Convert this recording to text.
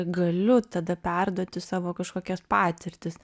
galiu tada perduoti savo kažkokias patirtis